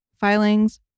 filings